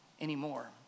anymore